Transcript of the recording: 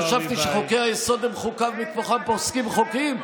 חשבתי שחוקי-היסוד הם חוקה ומכוחם פוסקים חוקים,